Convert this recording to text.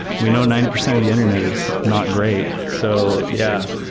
we know ninety percent of the internet it's not great. so yeah.